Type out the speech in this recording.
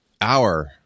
hour